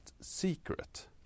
secret